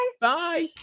bye